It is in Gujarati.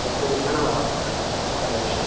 તો થોડું જણાવો આપના સંસ્થા વિષે